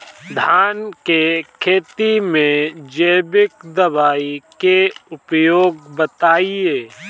धान के खेती में जैविक दवाई के उपयोग बताइए?